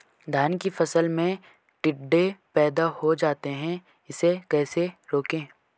धान की फसल में टिड्डे पैदा हो जाते हैं इसे कैसे रोकें?